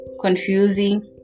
confusing